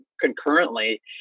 concurrently